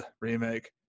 Remake